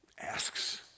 asks